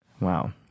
Wow